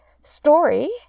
story